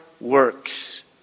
works